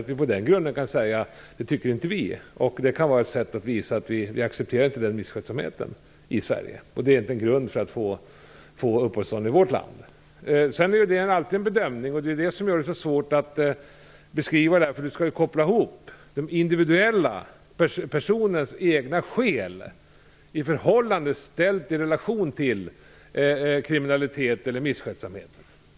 Vi kan på den grunden säga att vi inte tycker att de skall stanna här. Det kan vara ett sätt att visa att vi inte accepterar den misskötsamheten i Sverige. Den bedömningen ligger till grund för att man skall få uppehållstillstånd i vårt land. Det är alltid fråga om en bedömning, och det är det som gör det så svårt att beskriva det här. Man skall ju koppla ihop de individuella skälen, personens egna skäl, i relation till kriminalitet eller misskötsamhet.